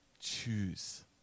Choose